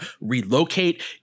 relocate